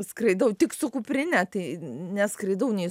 skraidau tik su kuprine tai neskridau nei